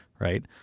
right